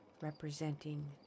representing